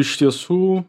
iš tiesų